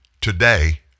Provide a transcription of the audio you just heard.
today